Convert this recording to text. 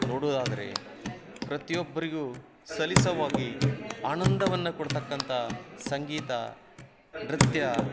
ನೋಡುವುದಾದ್ರೆ ಪ್ರತಿಯೊಬ್ಬರಿಗೂ ಸಲೀಸಾಗಿ ಆನಂದವನ್ನು ಕೊಡತಕ್ಕಂಥ ಸಂಗೀತ ನೃತ್ಯ